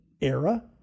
era